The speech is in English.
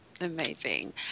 Amazing